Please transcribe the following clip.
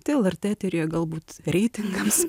tai lrt eteryje galbūt reitingams